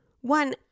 one